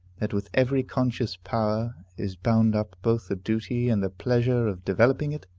that with every conscious power is bound up both the duty and the pleasure of developing it?